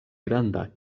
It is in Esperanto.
granda